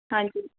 ਹਾਂਜੀ